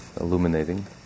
illuminating